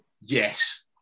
yes